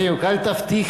בדיוק, אל תבטיחי.